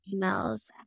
emails